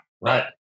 Right